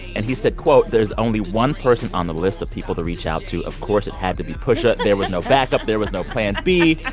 and he said, quote, there's only one person on the list of people to reach out to. of course it had to be pusha. there was no backup. there was no plan b.